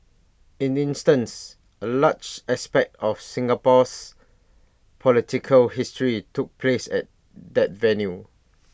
in instance A large aspect of Singapore's political history took place at that venue